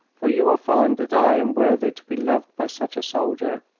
for you will find that i am worthy to be loved by such a soldier.